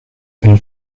and